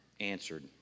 answered